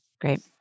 Great